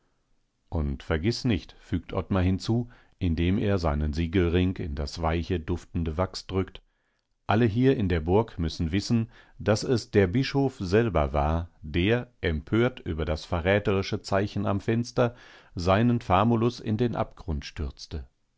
und vergiß nicht fügt ottmar hinzu indem er seinen siegelring in das weiche duftende wachs drückt alle hier in der burg müssen wissen daß es der bischof selber war der empört über das verräterische zeichen am fenster seinen famulus in den abgrund stürzte